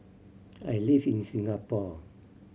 I live in Singapore